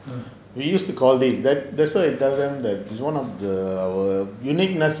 we use to call this that that's why we tell them that one of the uniqueness